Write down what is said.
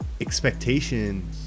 expectation